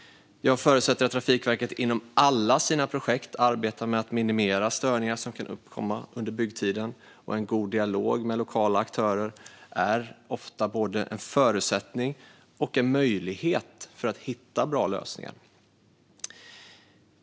Jag förutsätter att Trafikverket inom alla sina projekt arbetar med att minimera störningar som kan uppkomma under byggtiden, och en god dialog med lokala aktörer är ofta både en förutsättning för och en möjlighet att hitta bra lösningar.